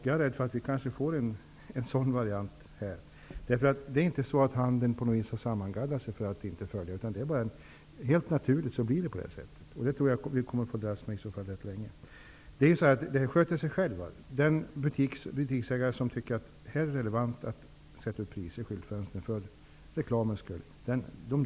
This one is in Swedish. Jag är rädd för att vi får en sådan variant. Det är inte så att handeln har sammangaddat sig om att inte följa lagen. Det blir så, helt naturligt. Det tror jag att vi kommer att få dras med rätt länge. Det här sköter sig självt. De butiksägare som tycker att det är relevant att sätta ut priser i skyltfönstret för reklamens skull gör det.